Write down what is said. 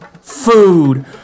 food